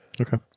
Okay